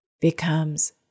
becomes